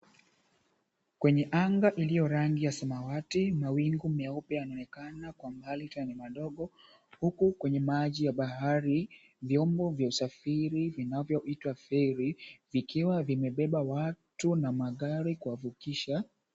Kwenye anga iliyo rangi ya samawati, mawingu meupe kwa mbali na ni madogo. Huku kwenye maji ya bahari, vyombo vya usafiri vinavyoitwa feri, vikiwa vimebeba watu na magari kuwavukisha.